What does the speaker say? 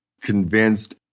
convinced